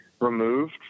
removed